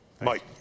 Mike